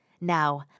Now